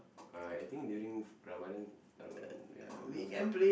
uh I think during Ramadan Ramadan ya Ramadan